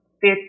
fit